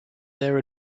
their